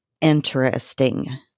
interesting